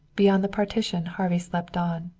beyond the partition harvey slept on,